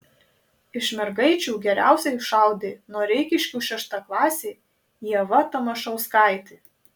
iš mergaičių geriausiai šaudė noreikiškių šeštaklasė ieva tamašauskaitė